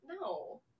no